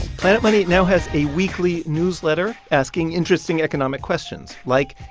planet money now has a weekly newsletter asking interesting economic questions like,